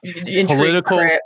Political